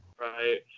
Right